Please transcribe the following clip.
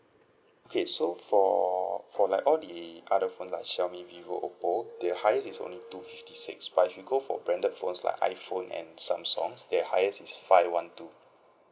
okay so for for like all the other phone lah Xiaomi Vivo Oppo the highest is only two fifty six but if you go for branded phones like iphone and Samsung the highest is five one two